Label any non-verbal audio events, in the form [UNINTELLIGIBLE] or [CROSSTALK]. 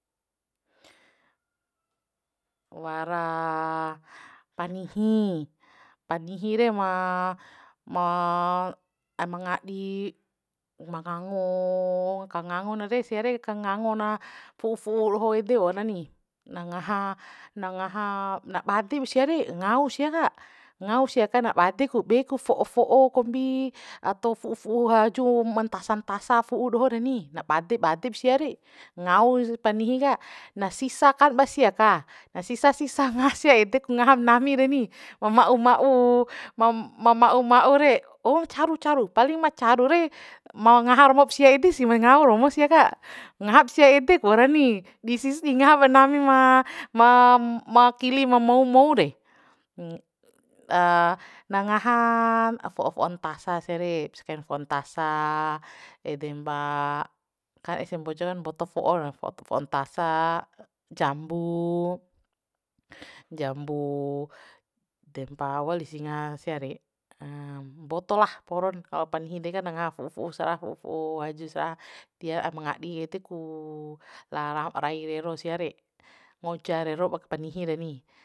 Wara panihi panihi re ma ma aima ngadi ma ngango kangango na re sia re kangango na fu'u fu'u doho ede wareni na ngaha na ngaha na bade wausiare ngau sia ka ngau sia ka na badu ku be ku fo'o fo'o kombi ato fu'u fu'u haju ma ntasa ntasa fu'u doho reni na bade badem sia re ngauz panihi ka na sisa kan sia ka na sisa sisa [LAUGHS] ngaha sia ede ku ngaham nami reni wa'u ma'u ma'u mama'u ma'u re oh caru caru paling ma caru re ma ngaha romop sia ede sih na ngau romo sia ka ngahap sia ede kureni di sis [UNINTELLIGIBLE] [LAUGHS] ngaha ba nami ma ma makili ma mou mou re [HESITATION] na ngaha fo'o fo'o ntasa sia re [UNINTELLIGIBLE] kai fo'o ntasa ede ma kan ese mbojon fo'o fo'o ntasa jambu jambu dempa wali ngaha sia re [HESITATION] mboto lah poron panihi dekan na ngaha fu'u fu'u sara fu'u fu'u haju sara tia aim ngadi ede ku la rah rai rero sia re ngoja re ba panihi reni